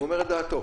הוא אומר את דעתו.